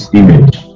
image